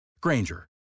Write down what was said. Granger